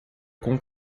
com